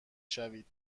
شوید